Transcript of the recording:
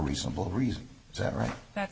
reasonable reason is that right that